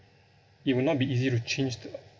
it will not be easy to change the